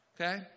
Okay